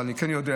אבל אני כן יודע,